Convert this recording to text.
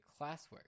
classwork